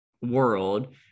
world